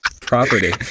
property